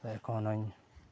ᱮᱠᱷᱳᱱᱚᱹᱧ